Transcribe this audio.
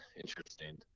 interesting